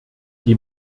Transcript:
die